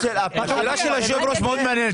השאלה של היושב ראש מאוד מעניינת,